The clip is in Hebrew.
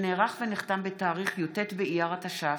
שנערך ונחתם בתאריך י"ט באייר התש"ף,